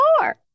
more